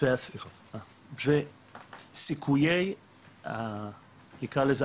וסיכויי נקרא לזה,